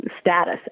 status